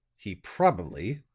he probably,